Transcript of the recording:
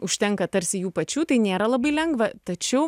užtenka tarsi jų pačių tai nėra labai lengva tačiau